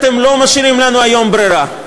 אתם לא משאירים לנו היום ברירה,